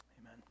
Amen